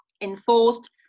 enforced